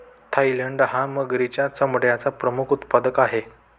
Thailand हा मगरीच्या चामड्याचा प्रमुख उत्पादक आहे